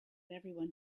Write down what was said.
everyone